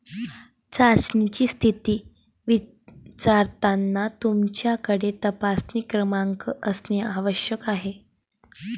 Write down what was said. चाचणीची स्थिती विचारताना तुमच्याकडे तपासणी क्रमांक असणे आवश्यक आहे